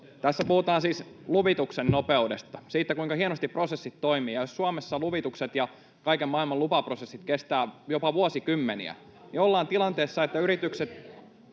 Tässä puhutaan siis luvituksen nopeudesta, siitä, kuinka hienosti prosessit toimivat. Ja jos Suomessa luvitukset ja kaiken maailman lupaprosessit kestävät jopa vuosikymmeniä, niin ollaan tilanteessa, että yritykset